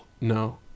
no